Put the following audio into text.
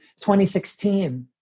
2016